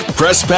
Press